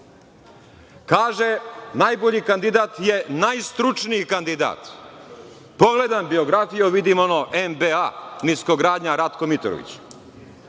Kaže – najbolji kandidat je najstručniji kandidat. Pogledam biografiju, vidim ono NBA, Niskogradnja „Ratko Mitrović“.